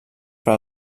per